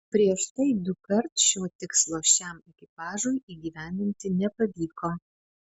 prieš tai dukart šio tikslo šiam ekipažui įgyvendinti nepavyko